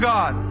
God